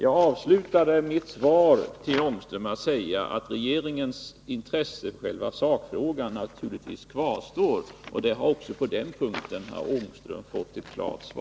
Jag avslutade mitt svar till Rune Ångström med att säga att regeringens intresse för själva sakfrågan naturligtvis kvarstår. Också på den punkten har herr Ångström fått ett klart svar.